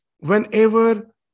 Whenever